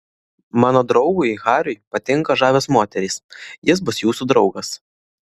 mano draugui hariui patinka žavios moterys jis bus jūsų draugas